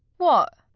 what?